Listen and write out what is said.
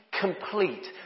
complete